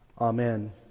Amen